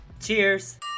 Cheers